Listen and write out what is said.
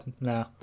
no